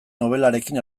nobelarekin